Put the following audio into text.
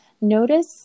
notice